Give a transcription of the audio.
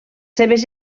seves